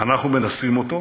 אנחנו מנסים אותו.